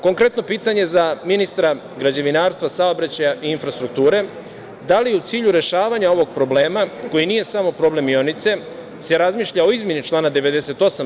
Konkretno pitanje za ministra građevinarstva, saobraćaja i infrastrukture – da li u cilju rešavanja ovog problema, koji nije samo problem Mionice, se razmišlja o izmeni člana 98.